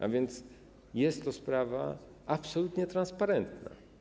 A więc jest to sprawa absolutnie transparentna.